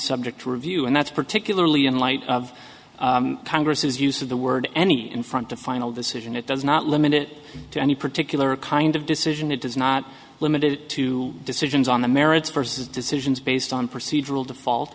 subject to review and that's particularly in light of congress's use of the word any in front a final decision it does not limit it to any particular kind of decision it is not limited to decisions on the merits versus decisions based on procedural default